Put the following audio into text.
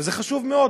וזה חשוב מאוד,